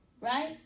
Right